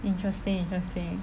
interesting interesting